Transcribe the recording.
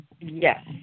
Yes